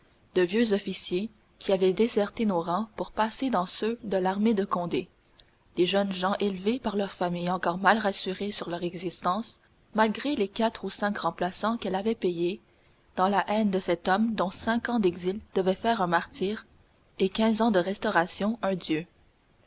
de vieux officiers qui avaient déserté nos rangs pour passer dans ceux de l'armée de condé des jeunes gens élevés par leur famille encore mal rassurée sur leur existence malgré les quatre ou cinq remplaçants qu'elle avait payés dans la haine de cet homme dont cinq ans d'exil devaient faire un martyr et quinze ans de restauration un dieu